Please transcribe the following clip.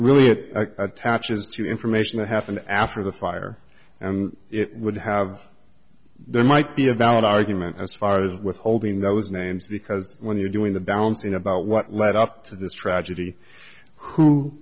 really it attaches to information that happened after the fire and it would have there might be a valid argument as far as withholding those names because when you're doing the bouncing about what led up to this tragedy who